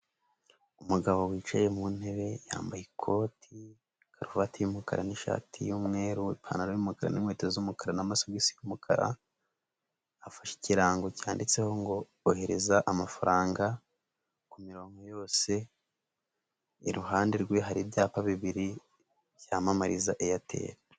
Umugabo wicaye mu ntebe yambaye ikoti, karuvati y'umukara n'ishati y'umweru, ipantaro y'umukara n'inkweto z'umukara n'amasogisi y'umukara, afashe ikirango cyanditseho ngo: "Ohereza amafaranga ku mirongo yose", iruhande rwe hari ibyapa bibiri byamamariza Airtel.